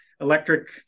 electric